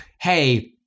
hey